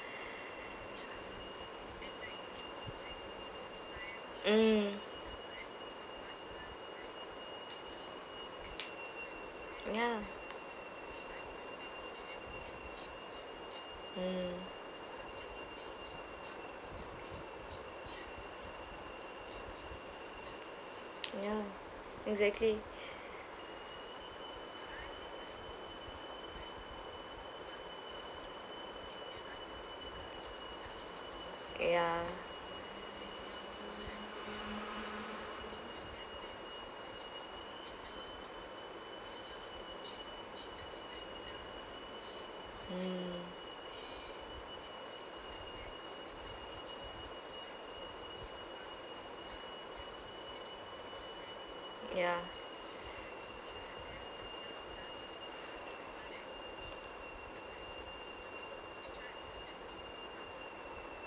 mm ya mm ya exactly ya ya mm ya